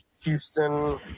Houston